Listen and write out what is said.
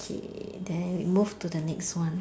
okay then we move to the next one